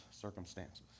circumstances